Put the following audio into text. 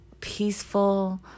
peaceful